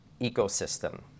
ecosystem